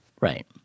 Right